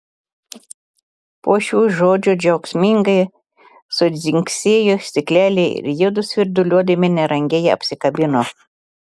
po šių žodžių džiaugsmingai sudzingsėjo stikleliai ir jiedu svirduliuodami nerangiai apsikabino